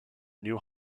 new